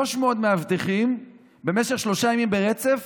300 מאבטחים במשך שלושה ימים ברצף